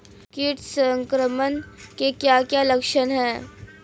कीट संक्रमण के क्या क्या लक्षण हैं?